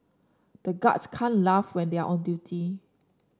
the guards can't laugh when they are on duty